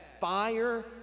fire